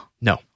No